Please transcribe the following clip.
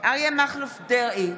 אריה מכלוף דרעי,